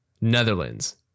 netherlands